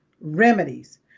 Remedies